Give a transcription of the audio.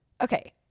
okay